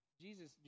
Jesus